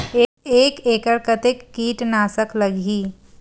एक एकड़ कतेक किट नाशक लगही?